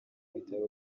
bitaro